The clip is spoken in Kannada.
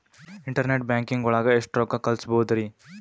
ಇಂಟರ್ನೆಟ್ ಬ್ಯಾಂಕಿಂಗ್ ಒಳಗೆ ಎಷ್ಟ್ ರೊಕ್ಕ ಕಲ್ಸ್ಬೋದ್ ರಿ?